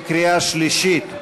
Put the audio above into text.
בקריאה שלישית.